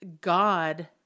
God